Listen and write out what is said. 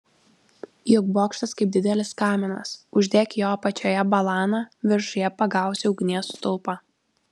juk bokštas kaip didelis kaminas uždek jo apačioje balaną viršuje pagausi ugnies stulpą